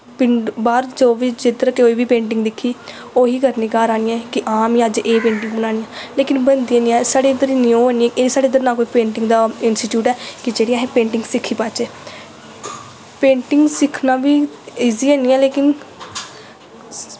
पिंड बाह्र जो बी जिद्धर कोई बी पेंटिंग दिक्खी ओह् ही करना घर आइयै कि हां में अज्ज एह् पेंटिंग बनानी ऐ लेकिन बनदी निं ऐ साढ़े इद्धर इन्ने ओह् निं ऐ एह् साढ़े इद्धर पेंटिंग दा ना कोई इंस्टिटयूट ऐ कि जेह्ड़ी अहें पेंटिंग सिक्खी पाच्चै पेंटिंग सिक्खना बी ईज़ी हैनी ऐ लेकिन